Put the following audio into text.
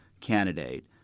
candidate